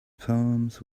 poems